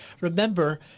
Remember